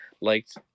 liked